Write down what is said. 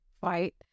fight